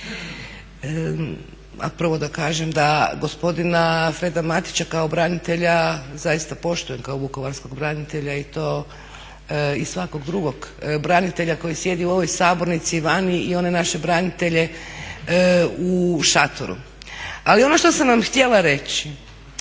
prvo da kažem da gospodina Freda Matića kao branitelja zaista poštujem kao vukovarskog branitelja i svakog drugog branitelja koji sjedi u ovoj sabornici i vani i one naše branitelje u šatoru. Ali ono što sam vam htjela reći,